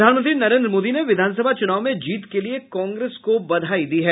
प्रधानमंत्री नरेन्द्र मोदी ने विधानसभा चुनाव में जीत के लिए कांग्रेस को बधाई दी है